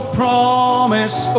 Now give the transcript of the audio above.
promise